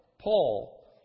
Paul